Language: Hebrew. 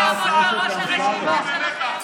מי יעמוד בראש הרשימה שלכם.